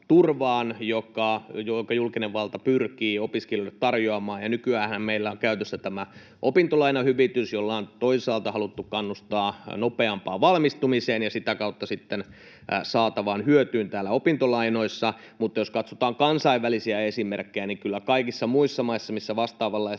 jonka julkinen valta pyrkii opiskelijoille tarjoamaan. Nykyäänhän meillä on käytössä tämä opintolainahyvitys, jolla on toisaalta haluttu kannustaa nopeampaan valmistumiseen ja sitten sitä kautta saatavaan hyötyyn opintolainoissa, mutta jos katsotaan kansainvälisiä esimerkkejä, niin kyllä kaikissa muissa maissa, missä vastaavanlaisia